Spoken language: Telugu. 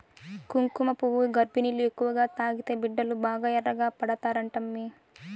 కుంకుమపువ్వు గర్భిణీలు ఎక్కువగా తాగితే బిడ్డలు బాగా ఎర్రగా పడతారంటమ్మీ